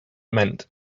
meant